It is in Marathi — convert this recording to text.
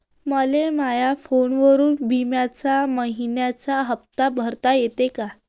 मले माया फोनवरून बिम्याचा मइन्याचा हप्ता भरता येते का?